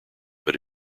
but